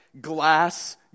glass